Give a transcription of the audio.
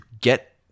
get